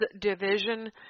division